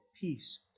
peace